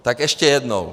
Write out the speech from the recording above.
Tak ještě jednou.